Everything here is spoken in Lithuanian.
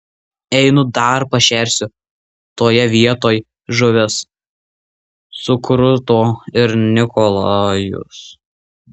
einu dar pašersiu toje vietoj žuvis sukruto ir nikolajus